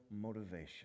motivation